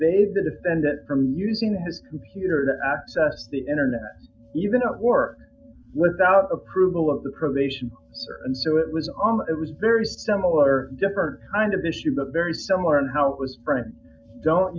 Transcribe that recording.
they the defendant from using the computer to access the internet even at work without approval of the probation and so it was all it was very similar different kind of issue but very similar in how it was for and don't